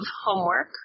homework